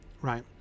right